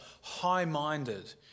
high-minded